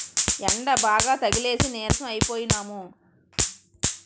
యెండబాగా తగిలేసి నీరసం అయిపోనము